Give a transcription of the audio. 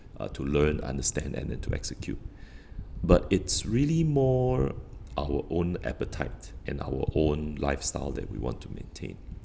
uh to learn understand and then to execute but it's really more our own appetite and our own lifestyle that we want to maintain